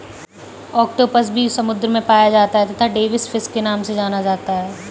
octopus भी समुद्र में पाया जाता है तथा डेविस फिश के नाम से जाना जाता है